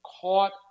caught